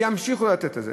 שימשיכו לתת את זה.